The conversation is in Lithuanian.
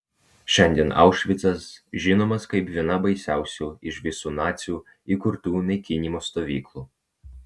šiandien aušvicas žinomas kaip viena baisiausių iš visų nacių įkurtų naikinimo stovyklų